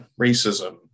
racism